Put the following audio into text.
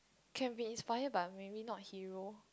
can be inspire but maybe not hero